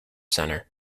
center